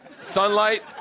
sunlight